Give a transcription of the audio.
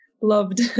loved